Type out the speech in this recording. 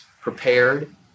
prepared